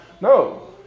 No